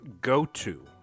go-to